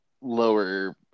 lower